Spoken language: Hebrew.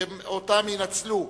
שאותן ינצלו,